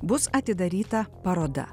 bus atidaryta paroda